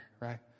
right